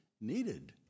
needed